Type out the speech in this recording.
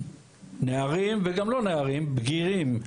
נערים וגם לא נערים, בגירים,